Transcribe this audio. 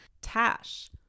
Tash